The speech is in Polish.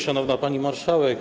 Szanowna Pani Marszałek!